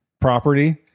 property